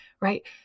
Right